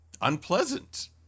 unpleasant